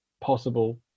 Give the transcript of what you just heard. possible